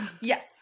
yes